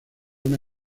una